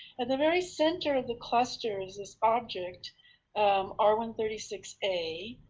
at the very center of the cluster is this object r one three six a,